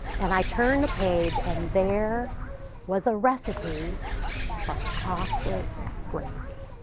and i turned the page and there was a recipe for chocolate gravy.